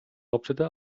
hauptstädte